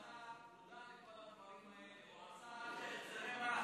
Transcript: ראש הממשלה יודע את זה,